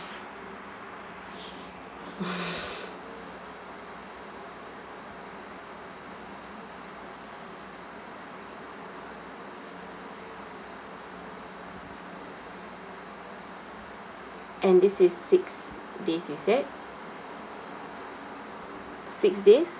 and this is six days you said six days